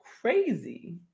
crazy